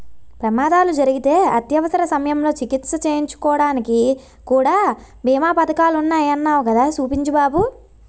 ప్రమాదాలు జరిగితే అత్యవసర సమయంలో చికిత్స చేయించుకోడానికి కూడా బీమా పదకాలున్నాయ్ అన్నావ్ కదా చూపించు బాబు